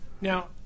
Now